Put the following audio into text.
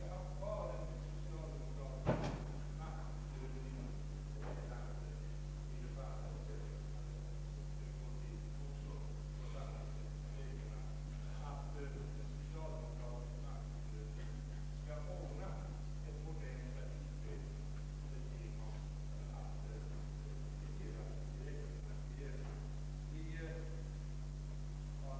Vilka metoder har ni att rekommendera för att över huvud taget få till stånd en annan vägpolitik? Det är detta frågan rör sig kring. Om den framtida finansieringsprincipen har vi sagt: Låt oss ta itu med detta förutsättningslöst — observera förutsättningslöst — och undersöka vilka metoder man kan använda sig av. Som jag tidigare sade har man gjort det på många andra ställen i världen, och där har man också lyckats lösa problematiken. Herr talman! Det finns inget annat parti än moderata samlingspartiet som har visat några nya vägar till nya vägar!